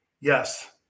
Yes